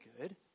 good